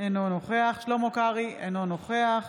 אינו נוכח שלמה קרעי, אינו נוכח